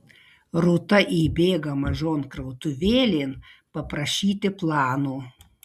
rūta įbėga mažon krautuvėlėn paprašyti plano